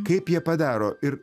kaip jie padaro ir